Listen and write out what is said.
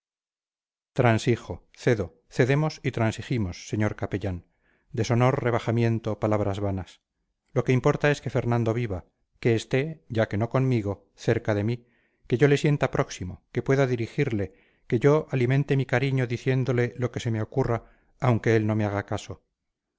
transijo cedo cedemos y transigimos señor capellán deshonor rebajamiento palabras vanas lo que importa es que fernando viva que esté ya que no conmigo cerca de mí que yo le sienta próximo que pueda dirigirle que yo alimente mi cariño diciéndole lo que se me ocurra aunque él no me haga caso